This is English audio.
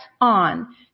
on